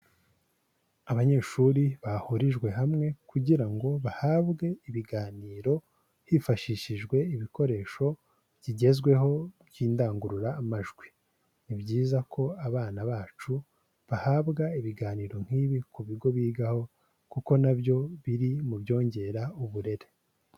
Abanyeshuri bahurijwe hamwe kugira ngo bahabwe ibiganiro hifashishijwe ibikoresho bigezweho by'indangururamajwi, ni byiza ko abana bacu bahabwa ibiganiro nk'ibi ku bigo bigaho kuko nabyo biri mu byongera uburere.